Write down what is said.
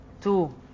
two